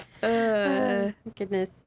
Goodness